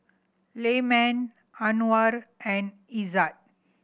Anuar and Izzat